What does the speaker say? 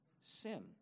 sin